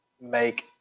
make